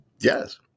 yes